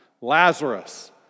Lazarus